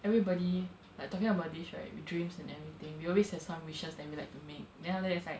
everybody like talking about this right your dreams and everything we always have some wishes that we like to make then after that it's like